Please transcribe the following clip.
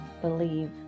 believe